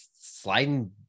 sliding